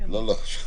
לא, לא.